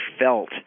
felt